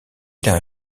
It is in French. d’un